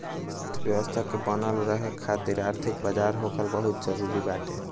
अर्थव्यवस्था के बनल रहे खातिर आर्थिक बाजार होखल बहुते जरुरी बाटे